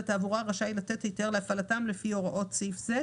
התעבורה רשאי לתת היתר להפעלתם לפי הוראות סעיף זה,